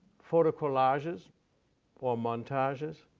photo collages or montages.